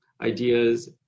ideas